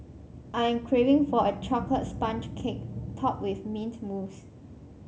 I am craving for a chocolate sponge cake topped with mint mousse